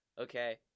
Okay